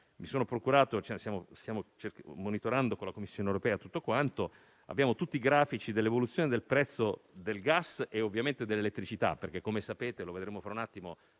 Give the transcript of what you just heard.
stiamo monitorando con la Commissione europea ogni aspetto e abbiamo tutti i grafici dell'evoluzione del prezzo del gas e, ovviamente, dell'elettricità. Come sapete, infatti, e lo vedremo fra un attimo,